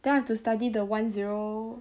then I have to study the one zero